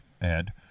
Ed